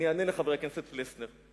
אני אענה לחבר הכנסת פלסנר.